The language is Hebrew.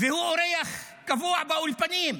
והוא אורח קבוע באולפנים,